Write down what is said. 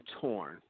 torn